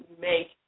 make